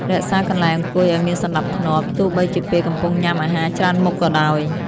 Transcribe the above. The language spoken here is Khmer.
រក្សាកន្លែងអង្គុយឱ្យមានសណ្តាប់ធ្នាប់ ទោះបីជាពេលកំពុងញ៉ាំអាហារច្រើនមុខក៏ដោយ។